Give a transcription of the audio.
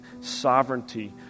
sovereignty